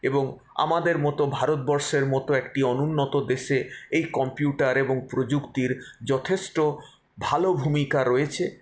এবং আমাদের মত ভারতবর্ষের মত একটি অনুন্নত দেশে এই কম্পিউটার এবং প্রযুক্তির যথেষ্ট ভালো ভূমিকা রয়েছে